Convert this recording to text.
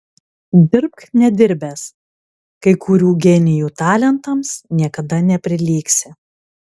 dirbk nedirbęs kai kurių genijų talentams niekada neprilygsi